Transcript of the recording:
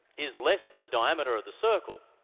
is less than the diameter of the circle,